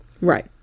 Right